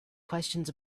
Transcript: questions